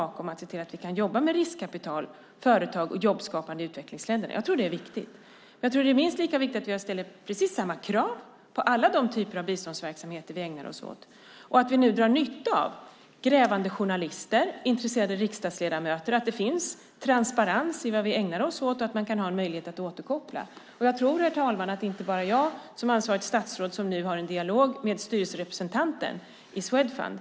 Det handlar om att se till att vi kan jobba med riskkapital, företag och jobbskapande i utvecklingsländerna. Jag tror att det är viktigt. Jag tror att det är minst lika viktigt att vi ställer precis samma krav på alla typer av biståndsverksamheter som vi ägnar oss åt. Det är också viktigt att vi nu drar nytta av grävande journalister och intresserade riksdagsledamöter, att det finns transparens i det vi ägnar oss åt och att man har en möjlighet att återkoppla. Jag tror, herr talman, att det inte bara är jag, som ansvarigt statsråd, som nu har en dialog med styrelserepresentanter i Swedfund.